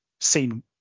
seen